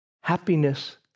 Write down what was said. Happiness